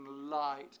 light